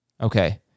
Okay